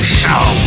show